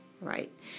Right